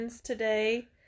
today